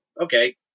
okay